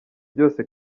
byose